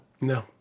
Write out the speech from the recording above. no